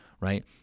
Right